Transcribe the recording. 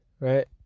right